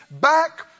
back